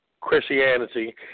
Christianity